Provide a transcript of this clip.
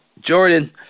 Jordan